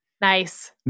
Nice